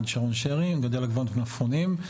שרי, מגדל עגבניות ומלפפונים.